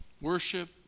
worship